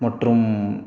மற்றும்